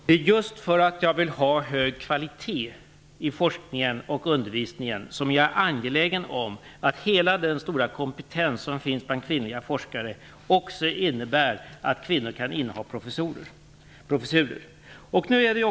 Fru talman! Det är just för att jag vill ha hög kvalitet i forskning och undervisning som jag är angelägen om att hela den stora kompetens som finns bland kvinnliga forskare också innebär att kvinnor kan inneha professurer.